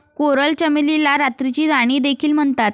coral चमेलीला रात्रीची राणी देखील म्हणतात